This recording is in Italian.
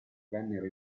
vennero